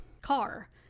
car